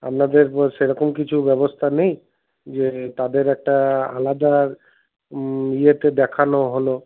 আপনাদের সেরকম কিছু ব্যবস্থা নেই যে তাদের একটা আলাদা ইয়েতে দেখানো হল